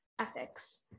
ethics